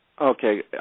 Okay